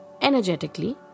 energetically